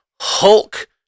Hulk